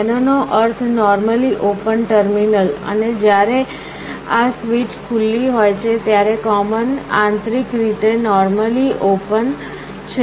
NO નો અર્થ normally open terminal અને જ્યારે આ સ્વીચ ખુલ્લી હોય છે ત્યારે common આંતરિક રીતે normally open છે